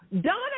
Donna